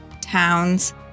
towns